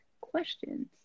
questions